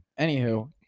Anywho